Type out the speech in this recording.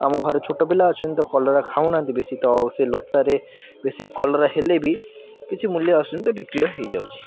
ଆମ ଘରେ ଛୋଟ ପିଲା ଅଛନ୍ତି ତ କଲରା ଖାଉନାହାଁନ୍ତି ବେଶୀ ତ ସେ ଲତାରେ ବେଶୀ କଲରା ହେଲେ ବି କିଛି ମୂଲ୍ୟ ଆସୁନି ତ ବିକ୍ରିୟ ହେଇଯାଉଛି